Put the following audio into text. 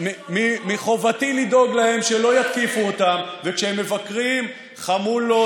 מחובתי לדאוג להם שלא יתקיפו אותם כשהם מבקרים חמולות